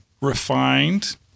refined